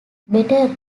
better